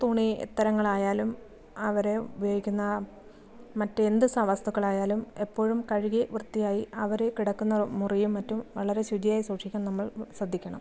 തുണി തരങ്ങളായാലും അവർ ഉപയോഗിക്കുന്ന മറ്റ് എന്തു വസ്തുക്കൾ ആയാലും എപ്പോഴും കഴുകി വൃത്തിയായി അവർ കിടക്കുന്ന മുറിയും മറ്റും വളരെ ശുചിയായി സൂക്ഷിക്കാൻ നമ്മൾ ശ്രദ്ധിക്കണം